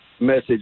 message